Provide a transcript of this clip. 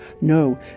No